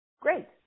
Great